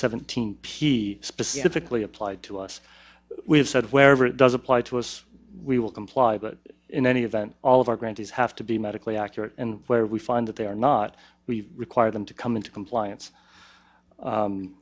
seventeen p specifically applied to us we have said wherever it does apply to us we will comply but in any event all of our grantees have to be medically accurate and where we find that they are not we require them to come into compliance